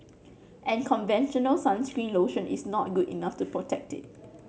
and conventional sunscreen lotion is not good enough to protect it